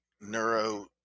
neuro